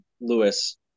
Lewis